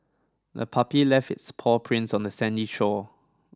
the puppy left its paw prints on the sandy shore